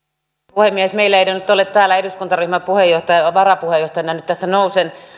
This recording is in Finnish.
puhemies meillä ei ole nyt täällä eduskuntaryhmän puheenjohtajaa varapuheenjohtajana nyt tässä nousen